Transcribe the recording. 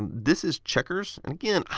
this is checkers. again,